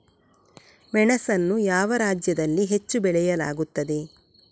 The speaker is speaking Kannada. ಮೆಣಸನ್ನು ಯಾವ ರಾಜ್ಯದಲ್ಲಿ ಹೆಚ್ಚು ಬೆಳೆಯಲಾಗುತ್ತದೆ?